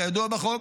כידוע בחוק,